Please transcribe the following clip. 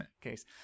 case